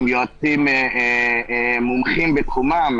עם יועצים מומחים בתחומם,